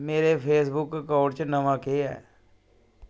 मेरे Facebook account च नमां केह् ऐ